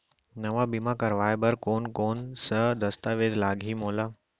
नवा बीमा करवाय बर कोन कोन स दस्तावेज लागही मोला?